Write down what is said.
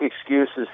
excuses